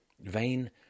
Vain